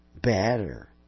better